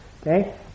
Okay